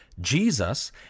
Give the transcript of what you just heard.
Jesus